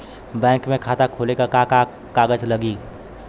Bank में खाता खोले मे का का कागज लागी?